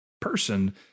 person